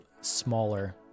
smaller